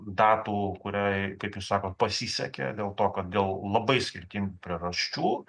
datų kuriai kaip jūs sakot pasisekė dėl to kad dėl labai skirtingų priežasčių